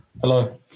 Hello